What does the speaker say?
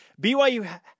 BYU